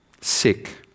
sick